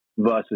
Versus